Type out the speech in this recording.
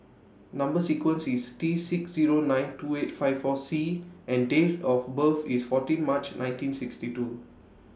Number sequence IS T six Zero nine two eight five four C and Date of birth IS fourteen March nineteen sixty two